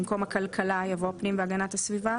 במקום המתווכים "הכלכלה" יבוא "הפנים והגנת הסביבה".